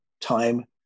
time